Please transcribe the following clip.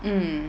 mm